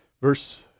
Verse